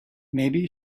maybe